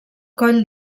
coll